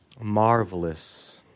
marvelous